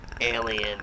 alien